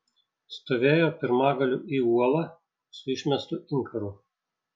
stovėjo pirmagaliu į uolą su išmestu inkaru